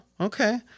okay